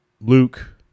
Luke